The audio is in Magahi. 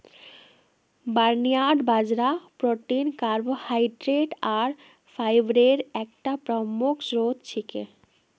बार्नयार्ड बाजरा प्रोटीन कार्बोहाइड्रेट आर फाईब्रेर एकता प्रमुख स्रोत छिके